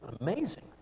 amazing